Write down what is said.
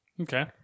Okay